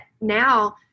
now